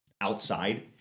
outside